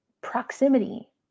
proximity